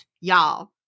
Y'all